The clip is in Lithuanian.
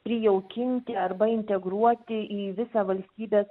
prijaukinti arba integruoti į visą valstybės